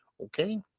Okay